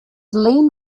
lean